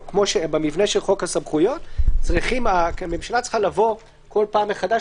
במבנה של חוק הסמכויות הממשלה צריכה לבוא כל פעם מחדש